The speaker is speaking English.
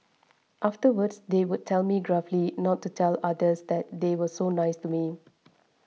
afterwards they would tell me gruffly not to tell others that they were so nice to me